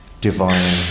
divine